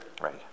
Right